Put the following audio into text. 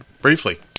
briefly